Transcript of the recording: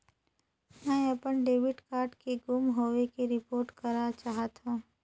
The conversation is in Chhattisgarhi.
मैं अपन डेबिट कार्ड के गुम होवे के रिपोर्ट करा चाहत हों